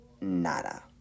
nada